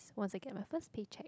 once I get my first pay cheque